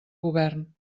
govern